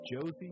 Josie